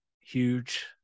huge